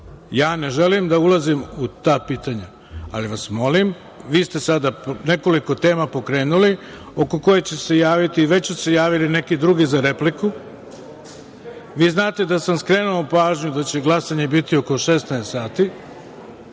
Ja ne želim da ulazim u ta pitanja, ali vas molim, vi ste sada nekoliko tema pokrenuli oko kojih će se javiti, i već su se javili neki drugi za repliku. Vi znate da sam skrenuo pažnju da će glasanje biti oko 16.00